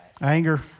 Anger